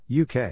UK